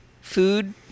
food